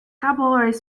cabarets